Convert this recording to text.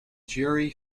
jury